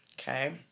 Okay